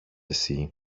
εσύ